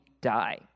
die